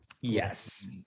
Yes